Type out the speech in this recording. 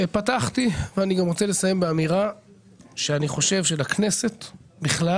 פתחתי ואני גם רוצה לסיים באמירה שאני חושב שלכנסת בכלל